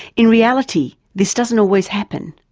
in reality this doesn't always happen.